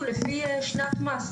לפי שנת מס.